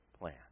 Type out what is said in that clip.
plan